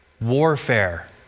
warfare